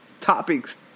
topics